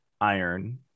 iron